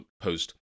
post